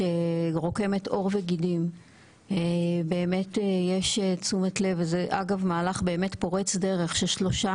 שרוקמת עור וגידים באמת יש תשומת לב וזה אגב מהלך באמת פורץ דרך ששלושה